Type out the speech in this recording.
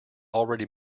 already